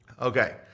Okay